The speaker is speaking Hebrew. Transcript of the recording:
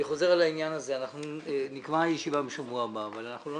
אנחנו נקבע ישיבה בשבוע הבא אבל אני